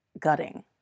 gutting